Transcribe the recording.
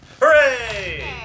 Hooray